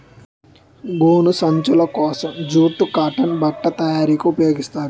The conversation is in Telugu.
గోను సంచులు కోసం జూటు కాటన్ బట్ట తయారీకి ఉపయోగిస్తారు